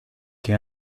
que